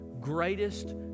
greatest